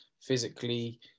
Physically